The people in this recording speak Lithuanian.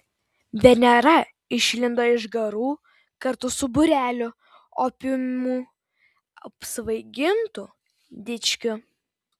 venera išlindo iš garų kartu su būreliu opiumu apsvaigintų dičkių